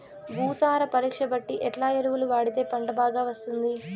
భూసార పరీక్ష బట్టి ఎట్లా ఎరువులు వాడితే పంట బాగా వస్తుంది?